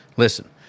Listen